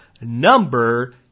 number